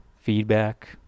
feedback